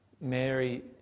Mary